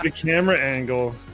and camera angle